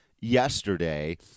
yesterday